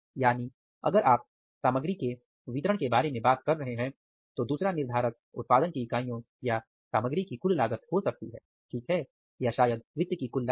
यानी अगर आप सामग्री के वितरण के बारे में बात कर रहे हैं तो दूसरा निर्धारक उत्पादन की इकाइयां या सामग्री की कुल लागत हो सकती है ठीक है या शायद वित्त की कुल लागत